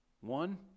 One